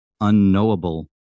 unknowable